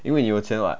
因为你有钱 [what]